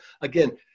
again